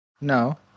no